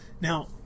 Now